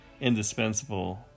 indispensable